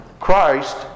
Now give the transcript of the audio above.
Christ